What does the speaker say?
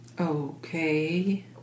okay